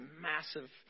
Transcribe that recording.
massive